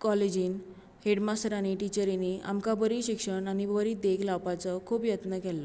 काॅलेजीन headmaster आनी टिचरींनी आमकां बरी शिक्षण आनी बरी देख लावपाचो खूब यत्न केल्लो